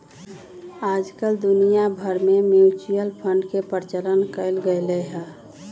आजकल दुनिया भर में म्यूचुअल फंड के प्रचलन कइल गयले है